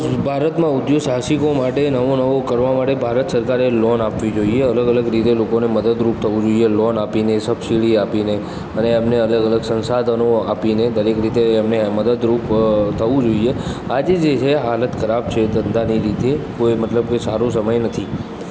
ભારતમાં ઉધોગો સાહસિકો માટે નવું નવું કરવા માટે ભારત સરકારે લોન આપવી અલગ અલગ રીતે લોકોને મદદરૂપ થવું જોઈએ લોન આપીને સબસિડી આપીને અને એમને અલગ અલગ સંસાધનો આપીને દરેક રીતે એમને મદદરૂપ થવું જોઈએ આજે જે છે હાલત ખરાબ છે ધંધાની રીતે કોઈ મતલબ કે સારો સમય નથી